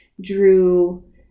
drew